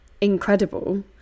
incredible